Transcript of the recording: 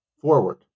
forward